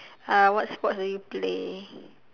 uh what sports do you play